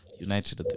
United